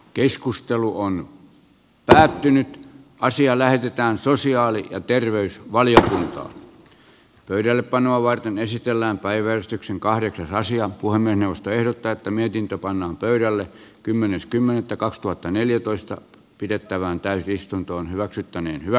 keskustelu on päättynyt ja asia lähetetään sosiaali ja terveysvaliota pöydällepanoa varten esitellään päiväystyksen kahdeksan raisio pulmien ostoehdot täyttäneiden ja pannaan pöydälle kymmenes kymmenettä kaksituhattaneljätoista pidettävään täysistuntoon hyväksytty niin hyvä